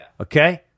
Okay